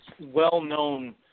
well-known